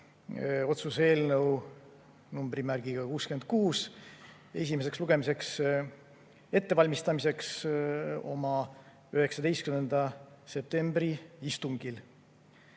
otsuse eelnõu numbriga 66 esimeseks lugemiseks ettevalmistamiseks oma 19. septembri istungil.